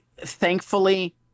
thankfully